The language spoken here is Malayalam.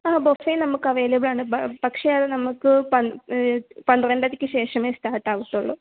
ആ ബുഫേ നമുക്ക് അവൈലബിൾ ആണ് ബ പക്ഷേ അത് നമുക്ക് പൻ പന്ത്രണ്ടരയ്ക്ക് ശേഷമേ സ്റ്റാർട്ട് ആവുള്ളൂ